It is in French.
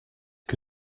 que